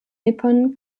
nippon